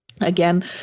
Again